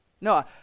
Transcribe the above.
No